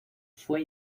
fue